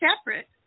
separate